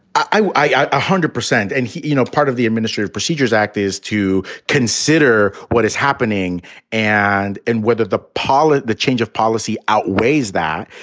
i one ah hundred percent. and, you know, part of the administrative procedures act is to consider what is happening and and whether the pollit the change of policy outweighs that.